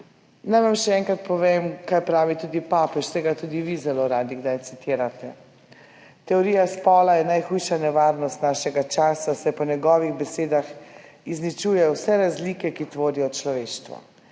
Naj vam še enkrat povem, kaj pravi tudi papež, saj ga tudi vi zelo radi kdaj citirate. Teorija spola je najhujša nevarnost našega časa, saj po njegovih besedah izničuje vse razlike, ki tvorijo človeštvo.